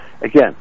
again